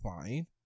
fine